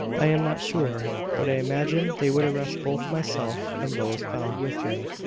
i am not sure, but i imagine they would arrest both myself and those found with me.